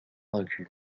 recule